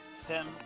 Tim